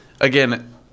again